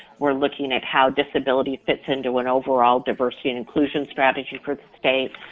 we're looking at how disability fits into an overall diversity and inclusion strategy for the state.